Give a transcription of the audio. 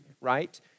right